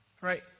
right